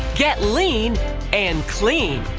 get lien and clean.